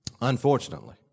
Unfortunately